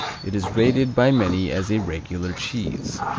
it is rated by many as a regular cheese.